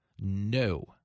No